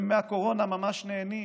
הם מהקורונה ממש נהנים.